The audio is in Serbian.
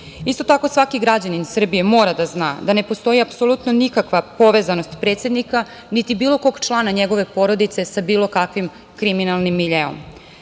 Isto tako, svaki građanin Srbije mora da zna da ne postoji apsolutno nikakva povezanost predsednika, niti bilo kog člana njegove porodice sa bilo kakvim kriminalnim